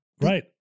right